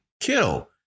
kill